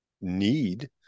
need